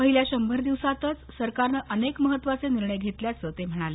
पहिल्या शंभर दिवसातच सरकारनं अनेक महत्वाचे निर्णय घेतल्याचं ते म्हणाले